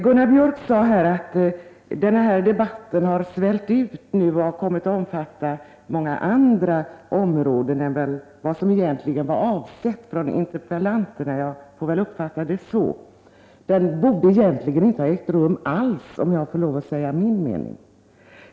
Gunnar Biörck i Värmdö sade att denna debatt har svällt ut och — jag får väl uppfatta det så — har kommit att omfatta många andra områden än vad som egentligen var avsett från interpellanternas sida. Debatten borde egentligen inte ha ägt rum alls, om jag får lov att säga min mening.